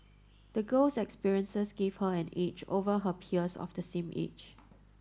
the girl's experiences gave her an edge over her peers of the same age